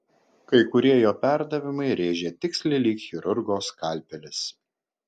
kai kurie jo perdavimai rėžė tiksliai lyg chirurgo skalpelis